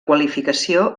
qualificació